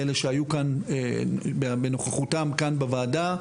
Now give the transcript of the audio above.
לאלה שהיו כאן בנוכחותם כאן בוועדה,